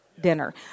dinner